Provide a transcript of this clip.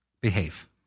behave